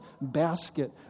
basket